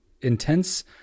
intense